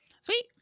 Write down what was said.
Sweet